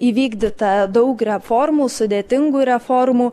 įvykdyta daug reformų sudėtingų reformų